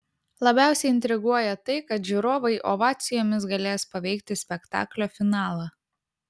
labiausiai intriguoja tai kad žiūrovai ovacijomis galės paveikti spektaklio finalą